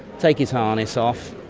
take his harness off.